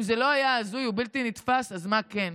אם זה לא הזוי ובלתי נתפס, אז מה כן?